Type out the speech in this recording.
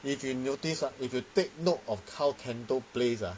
if you notice ah if you take note of how kendo plays are